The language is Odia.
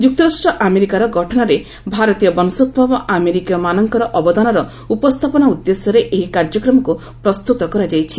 ଯୁକ୍ତରାଷ୍ଟ୍ର ଆମେରିକାର ଗଠନରେ ଭାରତୀୟ ବଂଶୋଭବ ଆମେରିକୀୟ ମାନଙ୍କର ଅବଦାନର ଉପସ୍ଥାପନା ଉଦ୍ଦେଶ୍ୟରେ ଏହି କାର୍ଯ୍ୟକ୍ରମକୁ ପ୍ରସ୍ତୁତ କରାଯାଇଛି